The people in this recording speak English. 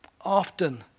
Often